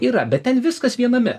yra bet ten viskas viename